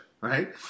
right